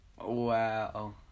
Wow